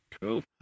Cool